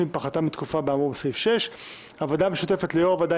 אף אם פחתה התקופה מהאמור בסעיף 6. הוועדה המשותפת ליו"ר הוועדה